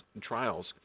trials